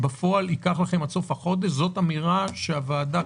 ייקח לכם עד סוף החודש היא אמירה שקשה לוועדה